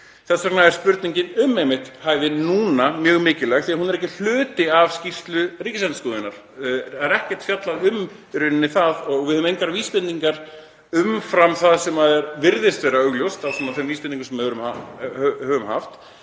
Þess vegna er spurningin um hæfi núna mjög mikilvæg því að hún er ekki hluti af skýrslu Ríkisendurskoðunar. Það er ekkert fjallað um það og við höfum engar vísbendingar umfram það sem virðist vera augljóst, af þeim vísbendingum sem við höfum haft,